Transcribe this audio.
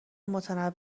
متنوع